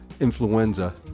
influenza